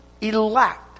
elect